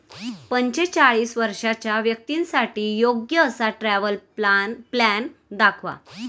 पंचेचाळीस वर्षांच्या व्यक्तींसाठी योग्य असा ट्रॅव्हल प्लॅन दाखवा